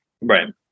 Right